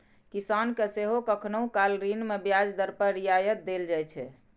किसान कें सेहो कखनहुं काल ऋण मे ब्याज दर मे रियायत देल जाइ छै